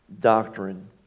doctrine